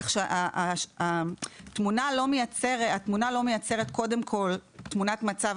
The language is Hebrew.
כך שהתמונה לא מייצרת קודם כול תמונת מצב